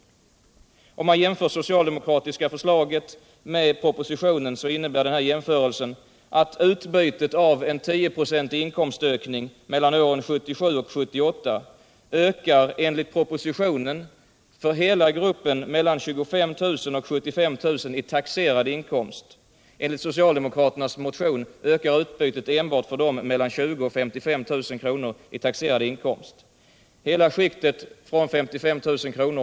Vid en jämförelse mellan det socialdemokratiska förslaget och propositionen visar det sig att marginalskattesänkningen enligt propositionen vid en 10-procentig inkomstökning år 1978 kommer alla till del som har mellan 25 000 kr. och 75 000 kr. i taxerad inkomst, medan bara de som har mellan 20 000 kr. och 55 000 kr. i taxerad inkomst får en marginalskattesänkning enligt socialdemokraternas förslag. Alla som har en inkomst på 55 000 kr.